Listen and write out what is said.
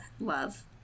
love